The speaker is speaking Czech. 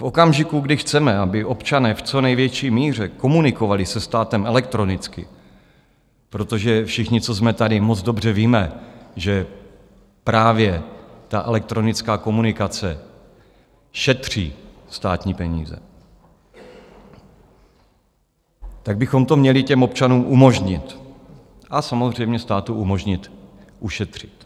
V okamžiku, kdy chceme, aby občané v co největší míře komunikovali se státem elektronicky, protože všichni, co jsme tady, moc dobře víme, že právě elektronická komunikace šetří státní peníze, tak bychom to měli těm občanům umožnit a samozřejmě státu umožnit ušetřit.